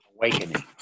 Awakening